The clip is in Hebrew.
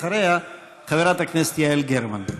אחריה, חברת הכנסת יעל גרמן.